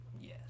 Yes